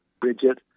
Bridget